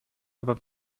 aber